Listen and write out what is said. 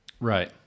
Right